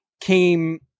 came